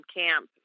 camp